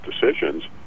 decisions